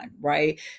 right